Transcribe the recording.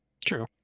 true